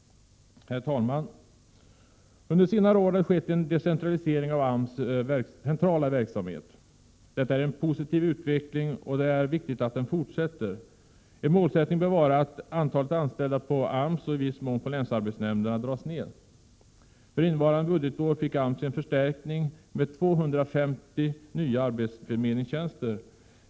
Herr talman! Under senare år har det skett en decentralisering av AMS centrala verksamhet. Detta är en positiv utveckling, och det är viktigt att den fortsätter. En målsättning bör vara att antalet anställda på AMS och i viss mån på länsarbetsnämnderna dras ned. För innevarande budgetår fick AMS en förstärkning med 250 nya arbetsförmedlingstjänster.